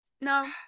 No